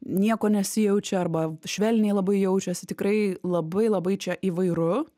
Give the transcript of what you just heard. nieko nesijaučia arba švelniai labai jaučiasi tikrai labai labai čia įvairu